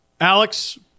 Alex